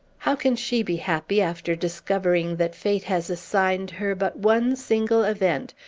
how can she be happy, after discovering that fate has assigned her but one single event,